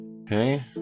Okay